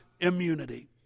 immunity